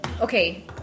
Okay